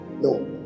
No